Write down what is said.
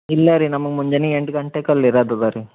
ಇಲ್ಲ ರೀ ನಮಗೆ ಮುಂಜಾನೆ ಎಂಟು ಗಂಟೆಗ್ ಅಲ್ಲಿ ಇರೋದದ ರೀ